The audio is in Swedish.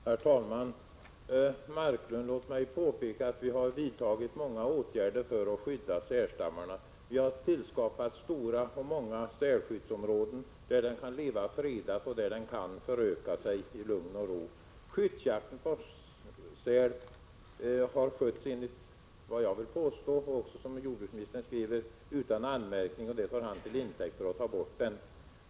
Herr talman! Låt mig, Leif Marklund, påpeka att vi har vidtagit många åtgärder för att skydda sälstammarna. Vi har tillskapat stora och många sälskyddsområden, där sälen kan leva fredad och föröka sig i lugn och ro. Skyddsjakten på säl har skötts, enligt vad jag kan förstå och som också jordbruksministern skriver, utan anmärkningar, och det tar jordbruksministern till intäkt för att ta bort den.